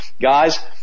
Guys